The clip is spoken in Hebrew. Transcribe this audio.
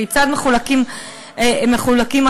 כיצד מחולקות הקרקעות,